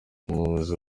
umuyobozi